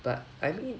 but I mean